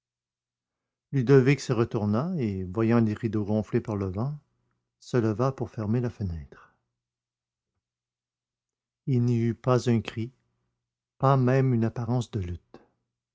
ludovic se retourna et voyant les rideaux gonflés par le vent se leva pour fermer la fenêtre il n'y eut pas un cri pas même une apparence de lutte